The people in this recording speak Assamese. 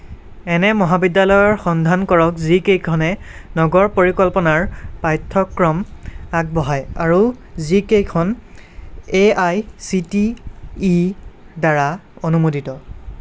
এনে মহাবিদ্যালয়ৰ সন্ধান কৰক যিকেইখনে নগৰ পৰিকল্পনাৰ পাঠ্যক্ৰম আগবঢ়ায় আৰু যিকেইখন এ আই চি টি ইৰ দ্বাৰা অনুমোদিত